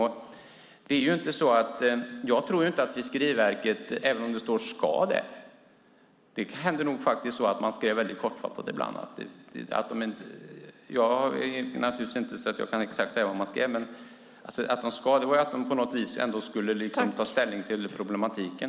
Även om det stod att Fiskeriverket skulle yttra sig hände det nog ibland att de skrev väldigt kortfattat. Jag kan naturligtvis inte säga exakt vad de skrev, men att de skulle yttra sig innebar att de på något vis skulle ta ställning till problematiken.